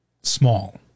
small